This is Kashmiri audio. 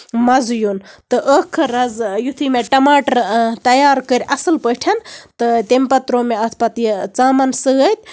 مَزٕ یُن تہٕ ٲخٔر حظ یِتھُے مےٚ ٹَماٹر تَیار کٔرۍ اَصٕل پٲٹھۍ تہٕ تَمہِ پَتہٕ تروو مےٚ اَتھ پَتہٕ یہِ ژامَن سۭتۍ